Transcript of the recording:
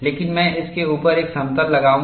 लेकिन मैं इसके ऊपर एक समतल लगाऊंगा